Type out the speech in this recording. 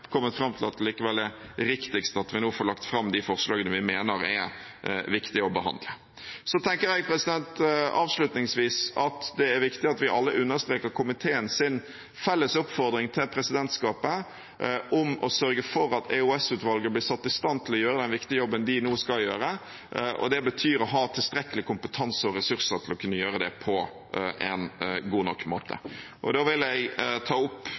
kommet fram til at det likevel er riktigst at vi nå får lagt fram de forslagene vi mener det er viktig å behandle. Så tenker jeg, avslutningsvis, at det er viktig at vi alle understreker komiteens felles oppfordring til presidentskapet om å sørge for at EOS-utvalget blir satt i stand til å gjøre den viktige jobben de nå skal gjøre, og det betyr å ha tilstrekkelig kompetanse og ressurser til å kunne gjøre det på en god nok måte. Jeg vil ta opp